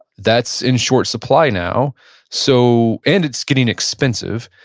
that's in short supply now so and it's getting expensive.